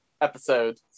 episode